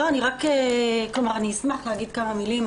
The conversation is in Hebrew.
אני אשמח להגיד כמה מילים.